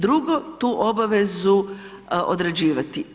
Drugo, tu obavezu odrađivati.